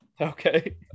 okay